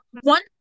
one